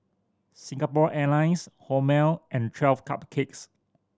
Singapore Airlines Hormel and Twelve Cupcakes